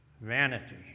vanity